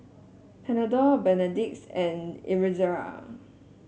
Panadol Betadine and Ezerra